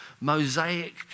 mosaic